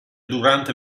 durante